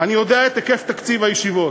אני יודע מהו היקף תקציב הישיבות.